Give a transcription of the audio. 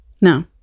No